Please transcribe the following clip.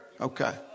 Okay